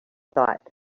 thought